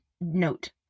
note